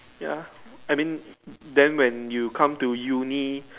ya I mean them when you come to Uni